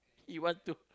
he want to